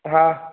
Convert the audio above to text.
हा